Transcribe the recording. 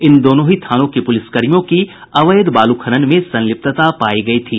इन दोनों ही थानों के पुलिसकर्मियों की अवैध बालू खनन में संलिप्तता पायी गयी थी